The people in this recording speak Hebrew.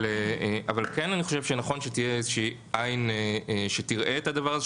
אבל אני חושב שכן נכון שתהיה איזושהי עין שתראה את הדבר הזה,